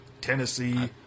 Tennessee